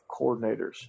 coordinators